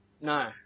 no